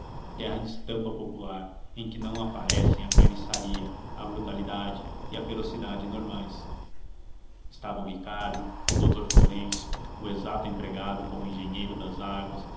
guerra de estampa popular em que não aparecem a carniçaria a brutalidade e a ferocidade normais estavam ricardo o doutor florêncio o exato empregado como engenheiro das águas